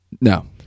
No